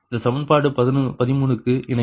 இது சமன்பாடு 13 க்கு இணையாகும்